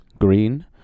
green